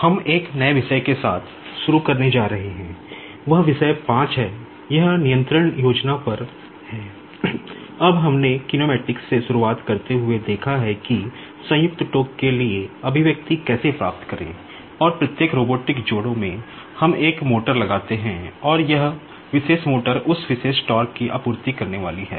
हम एक नए विषय के साथ शुरू करने जा रहे हैं वह विषय 5 हैं यह कंट्रोल स्कीम की आपूर्ति करने वाली है